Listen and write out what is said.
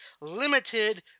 limited